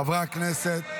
חברי הכנסת,